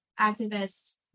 activists